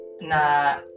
na